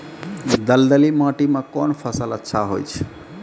दलदली माटी म कोन फसल अच्छा होय छै?